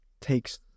takes